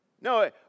No